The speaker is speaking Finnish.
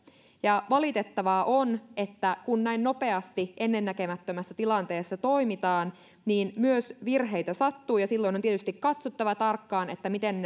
valitettavaa on että kun näin nopeasti ennennäkemättömässä tilanteessa toimitaan myös virheitä sattuu ja silloin on tietysti katsottava tarkkaan miten